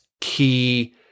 key